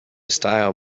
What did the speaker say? style